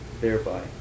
thereby